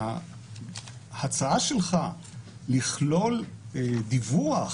ההצעה שלך לכלול דיווח